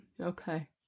Okay